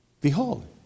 Behold